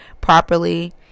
properly